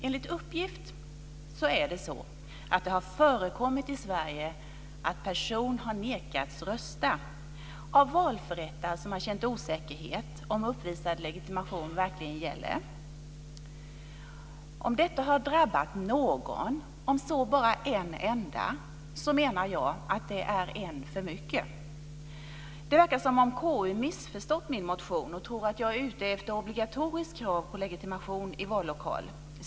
Enligt uppgift har det förekommit i Sverige att person nekats rösta av valförrättare som känt osäkerhet om uppvisad legitimation verkligen gäller. Om detta har drabbat någon, om så bara en enda, menar jag att det är en för mycket. Det verkar som om KU missförstått min motion och tror att jag är ute efter krav på legitimation i vallokal.